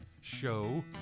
show